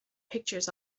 pictures